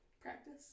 Practice